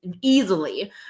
easily